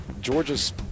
Georgia's